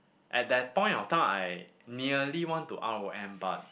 at that point of time I nearly want to R_O_M but